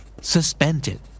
Suspended